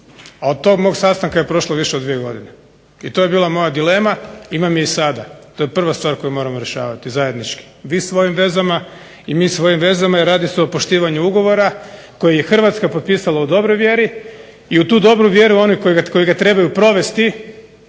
a od tog mog sastanka je prošlo više od dvije godine. I to je bila moja dilema, imam je i sada. To je prva stvar koju moramo rješavati zajednički. Vi svojim vezama i mi svojim vezama jer radi se o poštivanju ugovora koji je Hrvatska potpisala u dobroj vjeri i u tu dobru vjeri oni koji ga trebaju provesti